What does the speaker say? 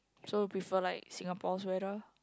so you prefer like Singapore's weather